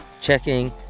checking